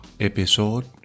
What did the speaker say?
episode